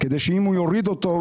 כדי שאם הוא יוריד אותו,